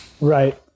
Right